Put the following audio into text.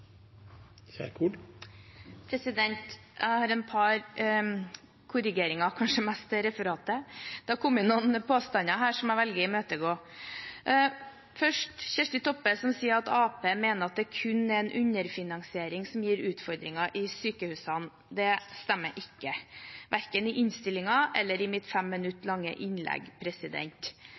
behandling. Jeg har et par korrigeringer, kanskje mest til referatet. Det har kommet noen påstander her som jeg velger å imøtegå. Først til Kjersti Toppe, som sier at Arbeiderpartiet mener at det kun er en underfinansiering som gir utfordringer i sykehusene. Det stemmer ikke – verken i innstillingen eller i mitt fem minutter lange innlegg.